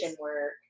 work